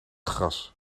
gras